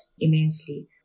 immensely